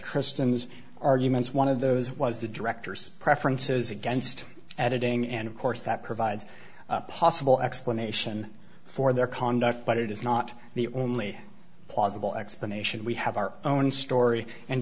kristen's arguments one of those was the director's preferences against editing and of course that provides a possible explanation for their conduct but it is not the only plausible explanation we have our own story and